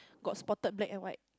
got spotted black and white